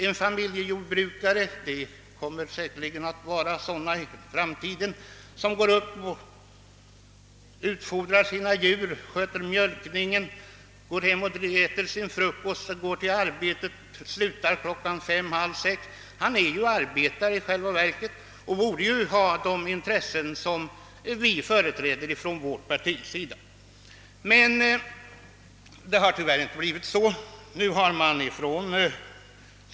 En = familjejordbrukare — sådana kommer säkerligen att finnas även i framtiden — som går upp på morgonen, utfodrar sina djur, sköter mjölkningen, går hem och äter sin frukost, går till arbetet och slutar klockan fem eller halv sex, han är ju i själva verket en arbetare och borde ha de intressen som vårt parti företräder. Det har ty värr inte blivit så.